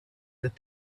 that